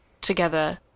together